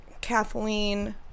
Kathleen